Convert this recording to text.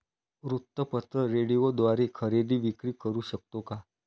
वृत्तपत्र, रेडिओद्वारे खरेदी विक्री करु शकतो का?